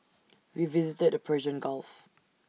we visited the Persian gulf